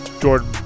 Jordan